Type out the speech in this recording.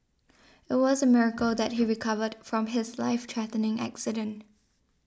it was a miracle that he recovered from his life threatening accident